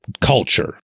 culture